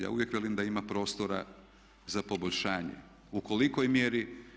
Ja uvijek velim da ima prostora za poboljšanje u kolikoj mjeri.